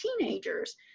teenagers